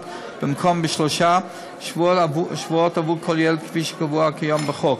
במקום בשלושה שבועות עבור כל ילד כפי שקבוע כיום בחוק,